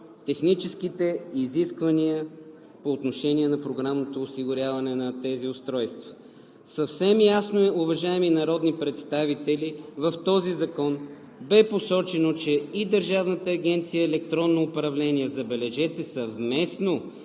техническите изисквания, по отношение на програмното осигуряване на тези устройства. Съвсем ясно е, уважаеми народни представители, в този закон бе посочено, че и Държавната агенция „Електронно управление“, забележете, съвместно